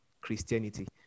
Christianity